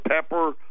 pepper